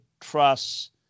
trust